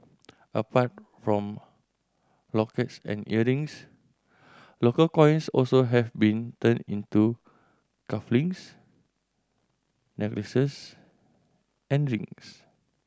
apart from lockets and earrings local coins also have been turned into cuff links necklaces and rings